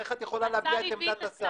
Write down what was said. איך את יכולה להביע את עמדת השר?